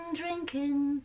drinking